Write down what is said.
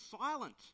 silent